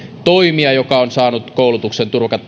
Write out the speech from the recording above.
toimija joka on saanut koulutuksen